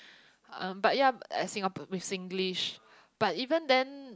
um but ya as in Singapore with Singlish but even then